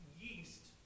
yeast